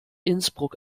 innsbruck